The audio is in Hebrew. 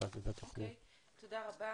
תודה רבה.